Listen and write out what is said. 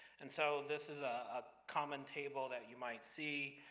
and so this is a ah common table that you might see,